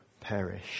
perish